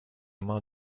main